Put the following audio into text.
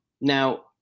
Now